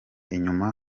inyuma